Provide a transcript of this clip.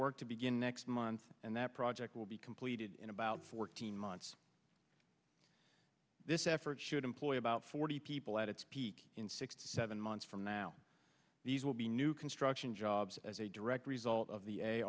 work to begin next month and that project will be completed in about fourteen months this effort should employ about forty people at its peak in six seven months from now these will be new construction jobs as a direct result of the a